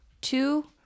two